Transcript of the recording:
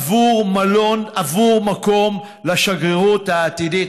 עבור מקום לשגרירות העתידית,